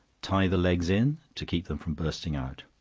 tie the legs in, to keep them from bursting out.